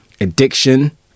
addiction